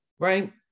right